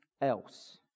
else